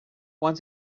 want